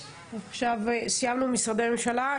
סיימנו עם משרדי הממשלה.